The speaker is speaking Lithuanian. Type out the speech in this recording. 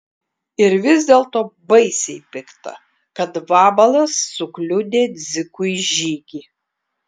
ir vis dėlto baisiai pikta kad vabalas sukliudė dzikui žygį